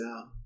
out